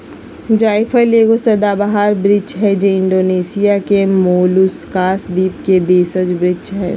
जायफल एगो सदाबहार वृक्ष हइ जे इण्डोनेशिया के मोलुकास द्वीप के देशज वृक्ष हइ